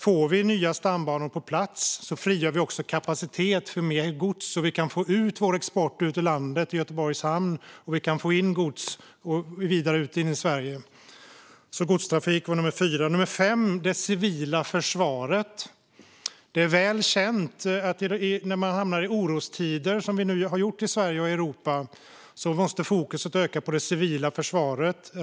Får vi nya stambanor på plats frigör vi också kapacitet för mer gods så att vi kan få ut vår export ur landet i Göteborgs hamn och även få in gods i Sverige och vidare ut i landet. Det femte är det civila försvaret. Det är väl känt att när man hamnar i orostider, som vi nu har gjort i Sverige och Europa, måste fokus öka på det civila försvaret.